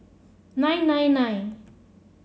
nine nine nine